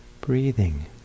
breathing